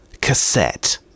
cassette